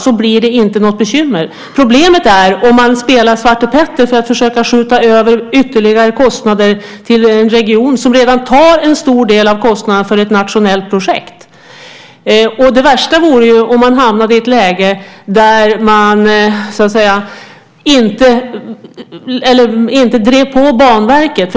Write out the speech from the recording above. Så blir det inte något bekymmer. Problemet är om man spelar svartepetter för att försöka skjuta över ytterligare kostnader till en region som redan tar en stor del av kostnaden för ett nationellt projekt. Det värsta vore om man hamnade i ett läge där man inte drev på Banverket.